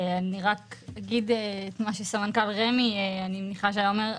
אני רק אגיד את מה שסמנכ"ל רשות מקרקעי ישראל אני מניחה שהיה אומר,